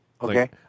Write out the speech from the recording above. Okay